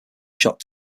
shot